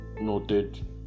noted